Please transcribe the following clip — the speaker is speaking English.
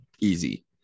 Easy